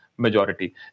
majority